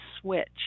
switch